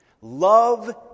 Love